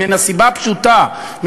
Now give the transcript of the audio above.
הם פחות גרועים